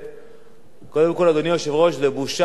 זה בושה וחרפה למדינת ישראל